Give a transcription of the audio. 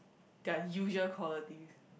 their usual qualities